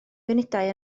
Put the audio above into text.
munudau